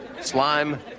slime